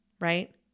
right